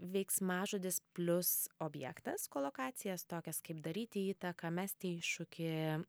veiksmažodis plius objektas kolokacijas tokias kaip daryti įtaką mesti iššūkį